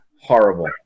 Horrible